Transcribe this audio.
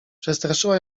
przestraszyła